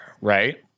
right